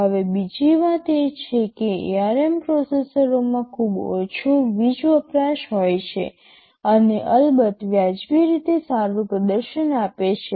હવે બીજી વાત એ છે કે ARM પ્રોસેસરોમાં ખૂબ ઓછો વીજ વપરાશ હોય છે અને અલબત્ત વ્યાજબી રીતે સારું પ્રદર્શન આપે છે